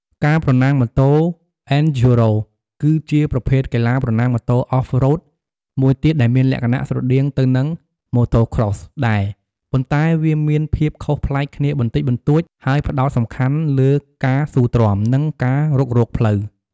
ការប្រណាំងម៉ូតូ អេនឌ្យូរ៉ូ (Enduro) គឺជាប្រភេទកីឡាប្រណាំងម៉ូតូ Off-road មួយទៀតដែលមានលក្ខណៈស្រដៀងទៅនឹង Motocross ដែរ ប៉ុន្តែវាមានភាពខុសប្លែកគ្នាបន្តិចបន្តួច ហើយផ្តោតសំខាន់លើការស៊ូទ្រាំ និងការរុករកផ្លូវ។